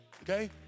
Okay